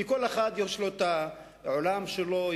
כי לכל אחד יש העולם שלו,